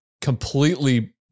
completely